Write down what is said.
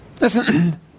Listen